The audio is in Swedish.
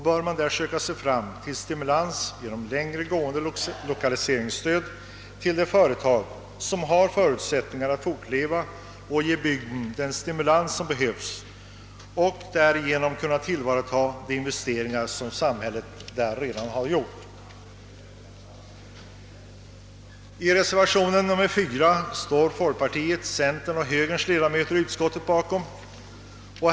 Stimmulansen bör åstadkommas genom utvidgat lokaliseringsstöd till företag med förutsättningar att fortleva och ge bygden den nödvändiga livskraften, så att de investeringar som samhället redan gjort blir tillvaratagna. Bakom reservationen 4 står folkpartiets, centerpartiets och högerns ledamöter i utskottet.